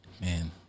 Man